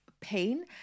pain